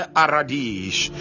aradish